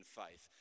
faith